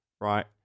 right